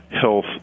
health